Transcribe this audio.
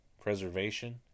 preservation